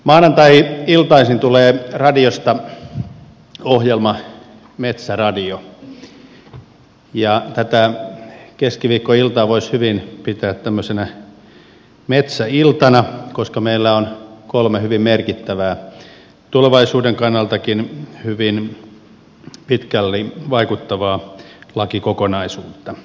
maanantai iltaisin tulee radiosta ohjelma metsäradio ja tätä keskiviikkoiltaa voisi hyvin pitää tämmöisenä metsäiltana koska meillä on kolme hyvin merkittävää tulevaisuuden kannaltakin hyvin pitkälle vaikuttavaa lakikokonaisuutta käsiteltävänä